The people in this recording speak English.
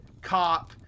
cop